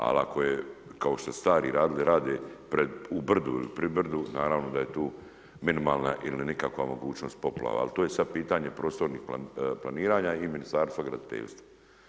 Ali, ako je kao što su stariji radili, rade u pri brdu naravno a je tu minimalan ili nikakva mogućnost poplava, ali to je sada pitanje prostornih planiranja i Ministarstva graditeljstva.